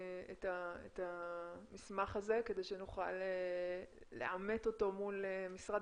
את המסמך הזה כדי שנוכל לעמת אותו מול משרד